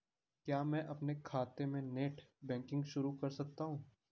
क्या मैं अपने खाते में नेट बैंकिंग शुरू कर सकता हूँ?